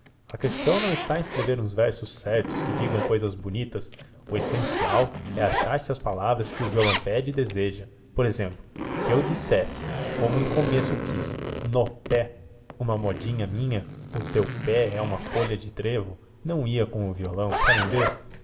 a questão não está em escrever uns versos certos que digam cousas bonitas o essencial é achar-se as palavras que o violão pede e deseja por exemplo se eu dissesse como em começo quis n o pé uma modinha minha o teu pé é uma folha de trevo não ia com o violão querem ver